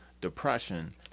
depression